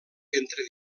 entre